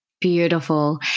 Beautiful